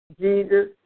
Jesus